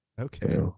Okay